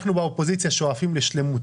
אנחנו באופוזיציה שואפים לשלמות.